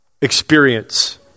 experience